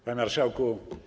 Panie Marszałku!